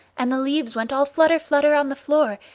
and the leaves went all flutter, flutter on the floor,